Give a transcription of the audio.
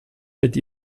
mit